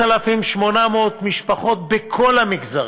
ל-10,800 משפחות בכל המגזרים.